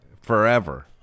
forever